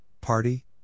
party